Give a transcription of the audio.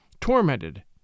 Tormented